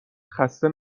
خسته